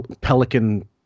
Pelican